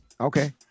Okay